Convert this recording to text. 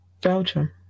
Belgium